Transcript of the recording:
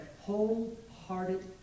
wholehearted